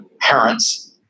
parents